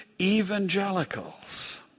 evangelicals